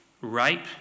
rape